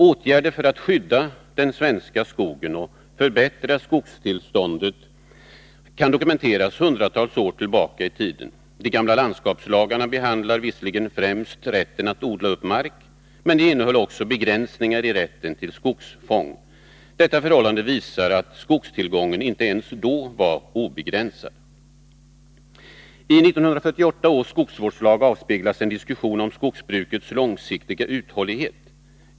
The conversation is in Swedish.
Åtgärder för att skydda den svenska skogen och förbättra skogstillståndet kan dokumenteras hundratals år tillbaka i tiden. De gamla landskapslagarna behandlar visserligen främst rätten att odla upp mark. Men de innehöll också begränsningar i rätten till skogsfång. Detta förhållande visar att skogstillgången inte ens då var obegränsad. I 1948 års skogsvårdslag avspeglas en diskussion om skogsbrukets långsiktiga uthållighet.